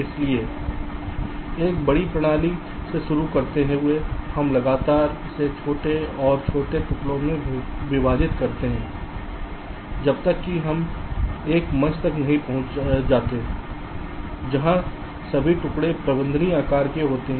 इसलिए एक बड़ी प्रणाली से शुरू करते हुए हम लगातार इसे छोटे और छोटे टुकड़ों में विभाजित करते हैं जब तक कि हम एक मंच तक नहीं पहुंच जाते हैं जहां सभी टुकड़े प्रबंधनीय आकार के होते हैं